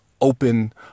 open